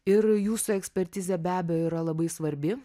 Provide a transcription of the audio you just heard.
ir jūsų ekspertizė be abejo yra labai svarbi